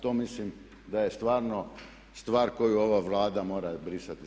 To mislim da je stvarno stvar koju ova Vlada mora brisati iz